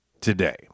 today